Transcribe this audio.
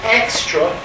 extra